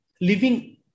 living